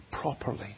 properly